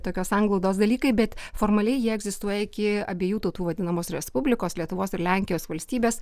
tokios sanglaudos dalykai bet formaliai jie egzistuoja iki abiejų tautų vadinamos respublikos lietuvos ir lenkijos valstybės